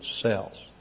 cells